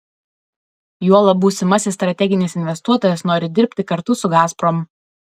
juolab būsimasis strateginis investuotojas nori dirbti kartu su gazprom